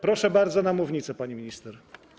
Proszę bardzo na mównicę, pani minister.